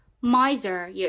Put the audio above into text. miser